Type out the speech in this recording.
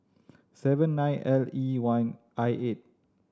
seven nine L E one I eight